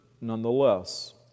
nonetheless